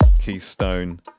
Keystone